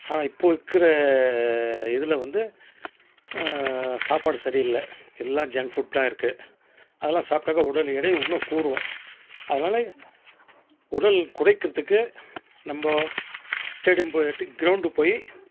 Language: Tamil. ஆனால் இப்போ இருக்கிற இதில் வந்து சாப்பாடு சரியில்லை எல்லா ஜங்க் ஃபுட்டாக இருக்கு அதெலாம் சாப்பிட்டாக்கா உடல் எடை இன்னும் கூடும் அதனால உடல் குறைக்கிறதுக்கு நம்ப ஸ்டேடியம் போயிவிட்டு கிரௌண்டு போய்